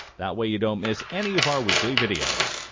that way you don't miss any of our weekly videos!